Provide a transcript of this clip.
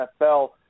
NFL